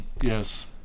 Yes